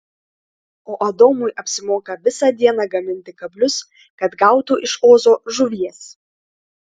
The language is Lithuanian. o adomui apsimoka visą dieną gaminti kablius kad gautų iš ozo žuvies